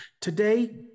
Today